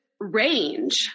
range